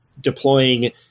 deploying